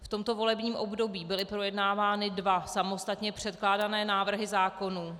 V tomto volebním období byly projednávány dva samostatně předkládané návrhy zákonů.